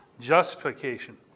Justification